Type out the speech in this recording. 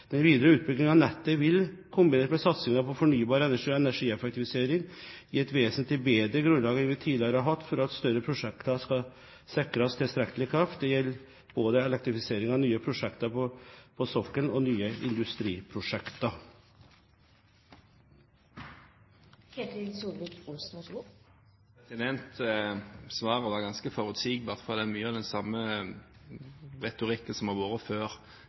Den videre utbygging av nettet vil, kombinert med satsingen på fornybar energi og energieffektivisering, gi et vesentlig bedre grunnlag enn vi tidligere har hatt for at større prosjekter skal sikres tilstrekkelig kraft. Dette gjelder både elektrifisering av nye prosjekter på sokkelen og nye industriprosjekter. Svaret var ganske forutsigbart. Det er mye av den samme retorikken som har vært før.